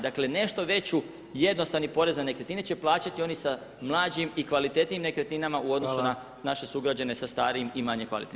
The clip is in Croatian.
Dakle, nešto veću jednostavni porez na nekretnine će plaćati oni sa mlađim i kvalitetnijim nekretninama u odnosu na naše sugrađane sa starim i manje kvalitetnim.